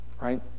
right